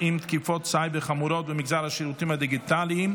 עם תקיפות סייבר חמורות במגזר השירותים הדיגיטליים